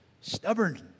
Stubborn